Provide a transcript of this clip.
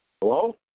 Hello